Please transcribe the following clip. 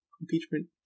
impeachment